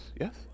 Yes